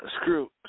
screw